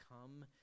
come